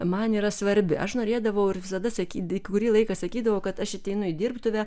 man yra svarbi aš norėdavau ir visada sakyti kurį laiką sakydavau kad aš ateinu į dirbtuvę